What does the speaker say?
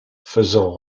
faisant